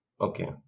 Okay